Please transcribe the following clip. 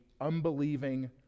unbelieving